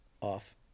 off